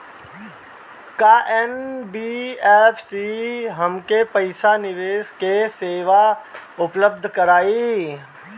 का एन.बी.एफ.सी हमके पईसा निवेश के सेवा उपलब्ध कराई?